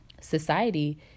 society